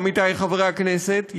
עמיתי חברי הכנסת,